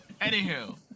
Anywho